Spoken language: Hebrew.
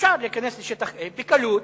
אפשר להיכנס לשטח A בקלות